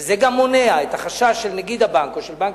וזה גם מונע את החשש של נגיד הבנק או של בנק